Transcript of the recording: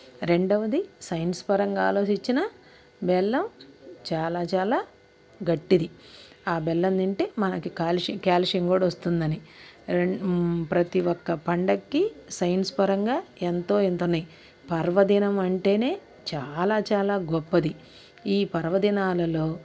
రెండవది సైన్స్ పరంగా ఆలోచించినా బెల్లం చాలా చాలా గట్టిది ఆ బెల్లం తింటే మనకి కాలుష్యం క్యాల్షియం కూడా వస్తుందని రె ప్రతీ ఒక్క పండుగకి సైన్స్ పరంగా ఎంతో ఇంతున్నాయి పర్వదినం అంటేనే చాలా చాలా గొప్పది ఈ పర్వదినాలలో